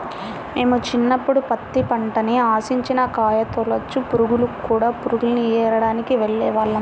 మేము చిన్నప్పుడు పత్తి పంటని ఆశించిన కాయతొలచు పురుగులు, కూడ పురుగుల్ని ఏరడానికి వెళ్ళేవాళ్ళం